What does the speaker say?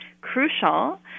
Crucial